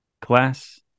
Class